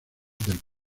del